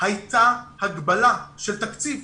הייתה הגבלה של תקציב.